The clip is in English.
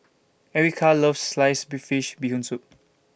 Erykah loves Sliced Bee Fish Bee Hoon Soup